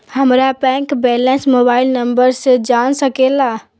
हमारा bank balance mobile number से जान सके ला?